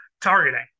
Targeting